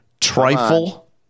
trifle